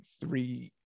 three